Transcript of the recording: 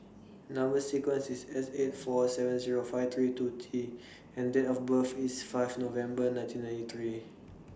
Number sequence IS S eight four seven Zero five three two T and Date of birth IS five November nineteen ninety three